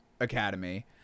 Academy